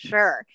Sure